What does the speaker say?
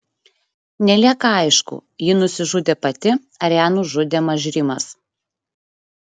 nelieka aišku ji nusižudė pati ar ją nužudė mažrimas